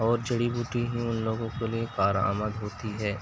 اور جڑی بوٹی ہی ان لوگوں کے لیے کارآمد ہوتی ہے